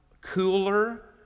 cooler